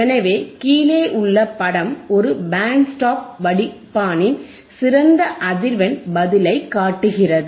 எனவே கீழேயுள்ள படம் ஒரு பேண்ட் ஸ்டாப் வடிப்பானின் சிறந்த அதிர்வெண் பதிலைக் காட்டுகிறது